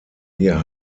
hier